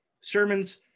Sermons